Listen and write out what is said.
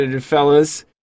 fellas